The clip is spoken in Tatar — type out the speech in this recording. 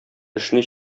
эшне